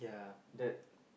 that